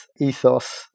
ethos